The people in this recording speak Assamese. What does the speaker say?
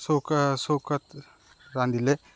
চৌকা চৌকাত ৰান্ধিলে